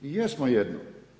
Mi jesmo jedno.